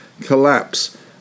collapse